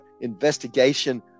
investigation